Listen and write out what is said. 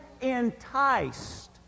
enticed